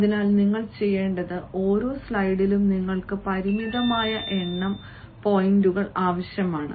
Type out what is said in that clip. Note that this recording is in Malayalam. അതിനാൽ നിങ്ങൾ ചെയ്യേണ്ടത് ഓരോ സ്ലൈഡിലും നിങ്ങൾക്ക് പരിമിതമായ എണ്ണം പോയിന്റുകൾ ആവശ്യമാണ്